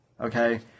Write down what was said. Okay